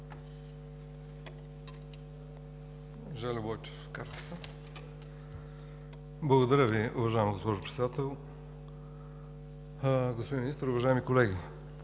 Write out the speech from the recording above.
Благодаря Ви, уважаема госпожо Председател. Господин Министър, уважаеми колеги!